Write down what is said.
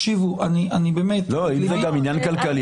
אם זה גם עניין כלכלי,